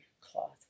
cloth